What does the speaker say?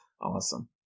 Awesome